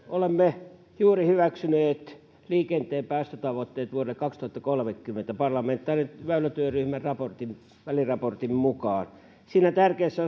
olemme juuri hyväksyneet liikenteen päästötavoitteet vuodelle kaksituhattakolmekymmentä parlamentaarisen väylätyöryhmän väliraportin mukaan siinä tärkeässä